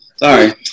Sorry